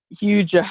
huge